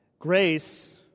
Grace